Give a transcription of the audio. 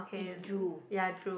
is drool